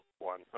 One